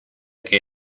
que